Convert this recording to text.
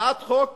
הצעת חוק